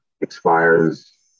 expires